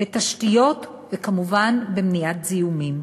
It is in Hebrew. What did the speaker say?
לתשתיות וכמובן למניעת זיהומים.